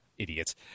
Idiots